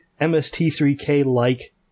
MST3K-like